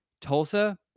Tulsa